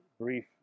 brief